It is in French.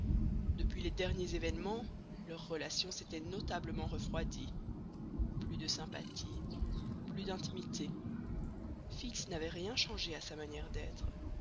depuis les derniers événements leurs relations s'étaient notablement refroidies plus de sympathie plus d'intimité fix n'avait rien changé à sa manière d'être